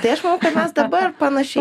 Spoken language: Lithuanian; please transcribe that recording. tai aš manau kad mes dabar panašiai